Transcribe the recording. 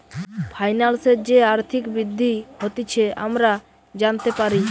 ফাইন্যান্সের যে আর্থিক বৃদ্ধি হতিছে আমরা জানতে পারি